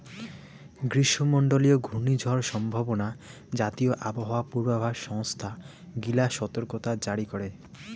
গ্রীষ্মমণ্ডলীয় ঘূর্ণিঝড় সম্ভাবনা জাতীয় আবহাওয়া পূর্বাভাস সংস্থা গিলা সতর্কতা জারি করে